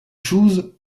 chooz